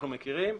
ואנחנו מכירים,